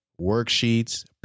worksheets